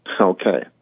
Okay